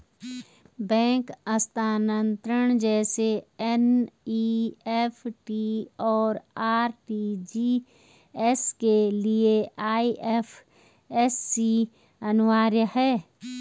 bank हस्तांतरण जैसे NEFT, और आर.टी.जी.एस के लिए आई.एफ.एस.सी अनिवार्य है